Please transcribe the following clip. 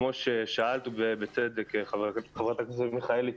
כמו שאמרת בצדק, חברת הכנסת מיכאלי,